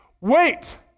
wait